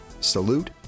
Salute